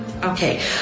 Okay